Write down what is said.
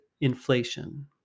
inflation